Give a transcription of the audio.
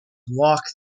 walk